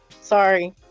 sorry